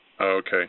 Okay